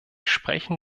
sprechen